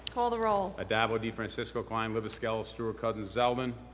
call the roll. addabbo, defrancisco, klein, libous, skelos, stewart-cousins, zeldin.